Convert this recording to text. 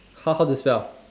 how how to spell